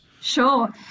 Sure